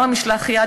גם במשלח היד,